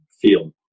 field